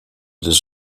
des